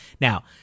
Now